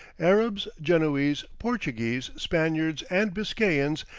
arabs, genoese, portuguese, spaniards, and biscayans,